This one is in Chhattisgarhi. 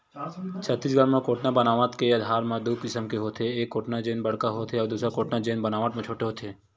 छत्तीसगढ़ म कोटना बनावट के आधार म दू किसम के होथे, एक कोटना जेन बड़का होथे अउ दूसर कोटना जेन बनावट म छोटे होथे